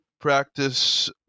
practice